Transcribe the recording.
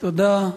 תודה.